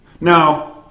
Now